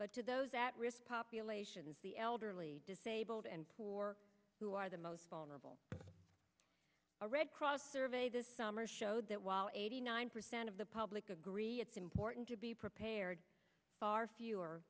but to those at risk populations the elderly disabled and poor who are the most vulnerable a red cross survey this summer showed that while eighty nine percent of the public agree it's important to be prepared far fewer